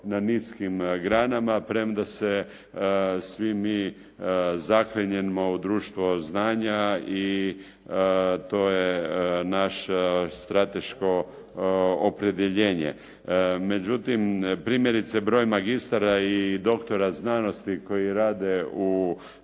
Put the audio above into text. na niskim granama, premda se svim mi zaklinjemo u društvo znanja i to je naše strateško opredjeljenje. Međutim, primjerice broj magistara i doktora znanosti koji rade u